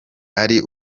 ari